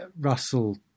Russell